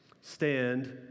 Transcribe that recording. stand